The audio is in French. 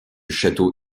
château